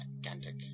gigantic